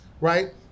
right